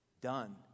Done